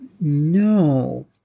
no